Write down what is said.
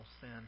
sin